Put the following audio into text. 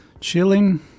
chilling